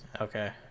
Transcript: okay